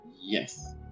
Yes